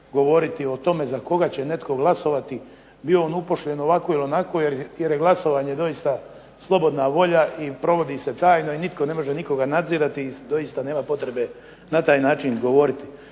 govoriti o tome za koga će netko glasovati, bio on uposlen ovako ili onako jer je glasovanje doista slobodna volja i provodi se tajno i nitko ne može nikoga nadzirati i doista nema potrebe na taj način govoriti.